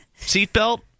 seatbelt